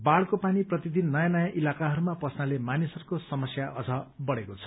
बाढ़को पानी प्रतिदिन नयाँ नयाँ इलाकाहरूमा पस्नाले मानिसहरूको समस्या अझ बढ़ेको छ